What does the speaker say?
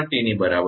5T ની બરાબર છે